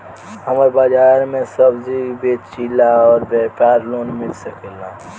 हमर बाजार मे सब्जी बेचिला और व्यापार लोन मिल सकेला?